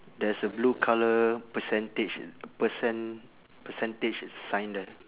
there's a blue colour percentage percent~ percentage sign there